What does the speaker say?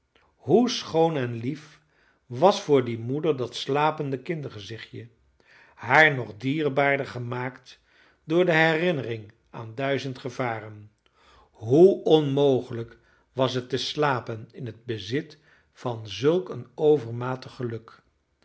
hoe schoon en lief was voor die moeder dat slapende kindergezichtje haar nog dierbaarder gemaakt door de herinnering aan duizend gevaren hoe onmogelijk was het te slapen in het bezit van zulk een overmatig geluk